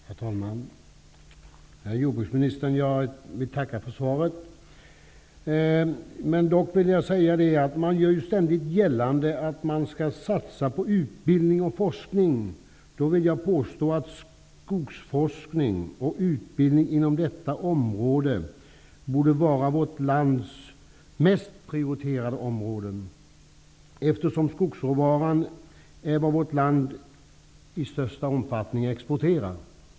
Herr talman! Herr jordbruksminister, jag vill tacka för svaret. Det görs ständigt gällande att det skall satsas på utbildning och forskning. Jag vill då påstå att skogsforskning och utbildning inom detta område borde vara det som prioriteras högst i vårt land, eftersom skogsråvaran är vad vårt land i största omfattning exporterar.